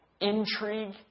intrigue